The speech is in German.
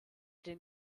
den